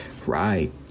Right